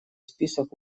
список